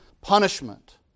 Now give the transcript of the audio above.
punishment